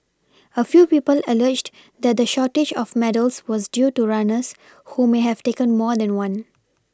a few people alleged that the shortage of medals was due to runners who may have taken more than one